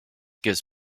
gives